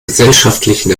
gesellschaftlichen